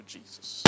Jesus